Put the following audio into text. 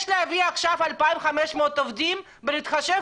יש להביא עכשיו 2,500 עובדים ולהתחשב